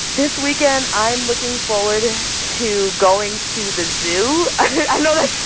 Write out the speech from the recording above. this weekend, i'm looking forward to going to the zoo. i know